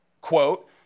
quote